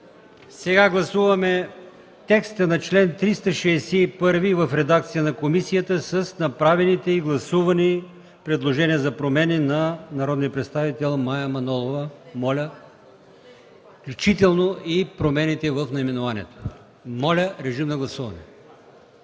Сега ще гласуваме текста на чл. 361 в редакцията на комисията с направените и гласувани предложения за промени от народния представител Мая Манолова, включително и промените в наименованието. Моля, режим на гласуване.